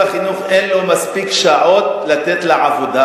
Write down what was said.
החינוך אין מספיק שעות לתת לה עבודה.